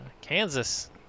Kansas